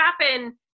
happen